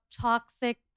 toxic